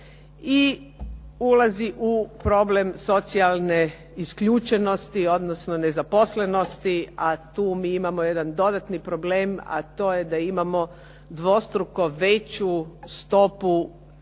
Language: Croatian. i ulazi u problem socijalne isključenosti, odnosno nezaposlenosti, a tu mi imamo jedan dodatni problem, a to je da imamo dvostruko veću stopu